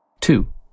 Two